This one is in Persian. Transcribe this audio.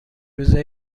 روزه